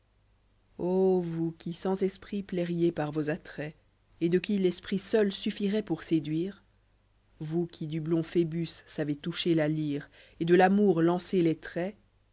vous qui sans esprit plairiez par vos attraits let de qui l'esprit seul suffiroit pour séduire vous qui du blond phébus savez toucher la lyre j et de l'amour lancer les traits